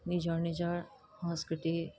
নিজৰ নিজৰ সংস্কৃতি